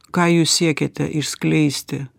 ką jūs siekėte išskleisti